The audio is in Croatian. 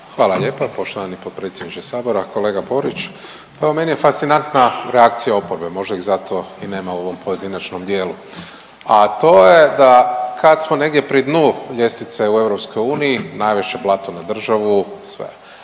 Hvala lijepa poštovani potpredsjedniče sabora. Kolega Borić, evo meni je fascinantna reakcija oporbe, možda ih zato i nema u ovom pojedinačnom dijelu, a to je da kad smo negdje pri dnu ljestvice u EU najveće blato na državu sve,